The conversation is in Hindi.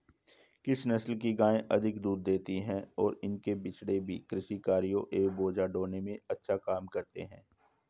किस नस्ल की गायें अधिक दूध देती हैं और इनके बछड़े भी कृषि कार्यों एवं बोझा ढोने में अच्छा काम करते हैं?